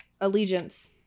Allegiance